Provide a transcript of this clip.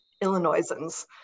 Illinoisans